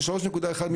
של 3.1 מיליארד ש"ח.